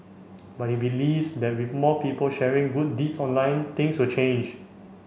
but he believes that with more people sharing good deeds online things will change